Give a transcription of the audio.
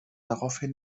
daraufhin